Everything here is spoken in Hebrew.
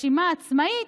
ברשימה עצמאית,